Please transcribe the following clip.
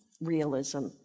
realism